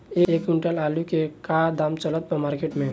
एक क्विंटल आलू के का दाम चलत बा मार्केट मे?